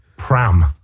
Pram